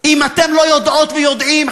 אם אתם לא יודעות ויודעים,